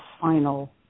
final